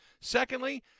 Secondly